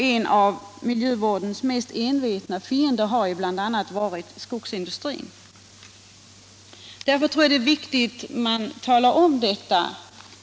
En av miljövårdens mest envetna fiender har varit skogsindustrin. Jag tror att det är viktigt att man talar om detta.